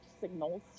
signals